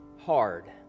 hard